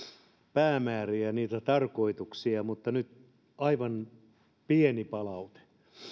päämääriä ja tarkoituksia mutta nyt aivan pieni palaute